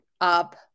Up